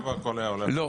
הלוואי והכל היה הולך לקרן.